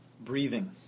Breathing